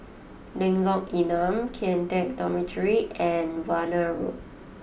Lengkong Enam Kian Teck Dormitory and Warna Road